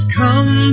come